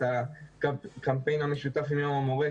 את הקמפיין המשותף עם יום המורה,